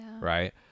right